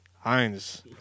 Heinz